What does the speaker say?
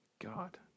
God